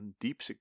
deep